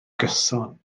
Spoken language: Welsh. gyson